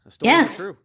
yes